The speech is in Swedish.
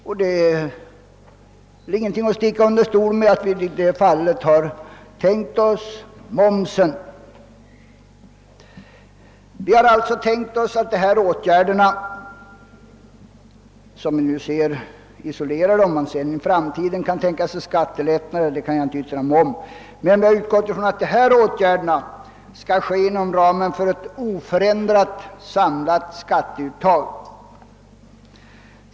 Jag vill inte sticka under stol med att vi i det fallet har tänkt på momsen. Vi ser nu de här åtgärderna isole rade, och jag kan inte yttra mig om huruvida man kan tänka sig skattelättnader i framtiden, men vi har utgått från att dessa åtgärder skall vidtas inom ramen för ett oförändrat samlat skatteuttag.